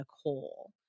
Nicole